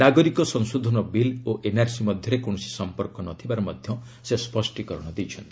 ନାଗରିକ ସଂଶୋଧନ ବିଲ୍ ଓ ଏନ୍ଆର୍ସି ମଧ୍ୟରେ କୌଣସି ସମ୍ପର୍କ ନ ଥିବାର ମଧ୍ୟ ସେ ସ୍ୱଷ୍ଟୀକରଣ ଦେଇଛନ୍ତି